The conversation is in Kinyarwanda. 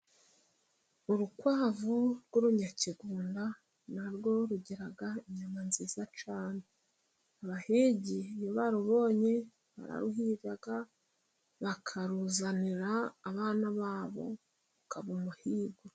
Urukwavu rw'urunyakigunda na rwo rugira inyama nziza cyane. Abahigi iyo barubonye bararuhiga, bakaruzanira abana ba bo, ukaba umuhigo.